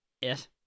Yes